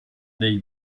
dei